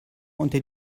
unter